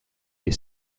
les